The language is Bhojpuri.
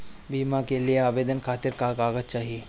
बीमा के लिए आवेदन खातिर का का कागज चाहि?